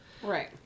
Right